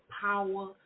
power